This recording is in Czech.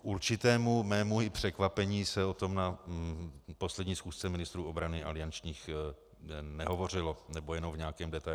K určitému mému i překvapení se o tom na poslední schůzce ministrů obrany aliančních nehovořilo, nebo jenom v nějakém detailu.